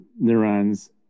neurons